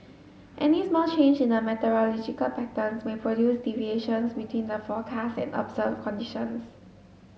any small change in the meteorological patterns may produce deviations between the forecast and observed conditions